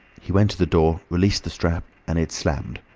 he went to the door, released the strap, and it slammed.